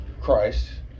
christ